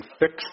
fix